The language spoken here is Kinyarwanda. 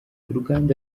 uruganda